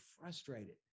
frustrated